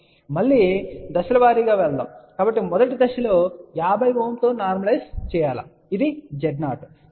కాబట్టి మళ్ళీదశల వారీగా వెళ్దాం కాబట్టి మొదటి స్టెప్ లో 50 Ω తో నార్మలైస్ చేయాలి ఇది Z0